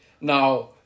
Now